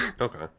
Okay